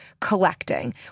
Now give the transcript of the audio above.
collecting